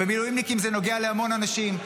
ומילואימניקים זה נוגע להמון אנשים.